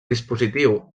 dispositiu